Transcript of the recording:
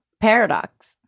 paradox